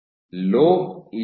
low Lo et al